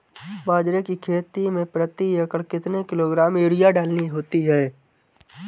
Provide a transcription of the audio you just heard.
बाजरे की खेती में प्रति एकड़ कितने किलोग्राम यूरिया डालनी होती है?